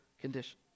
condition